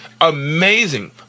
amazing